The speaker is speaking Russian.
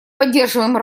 поддерживаем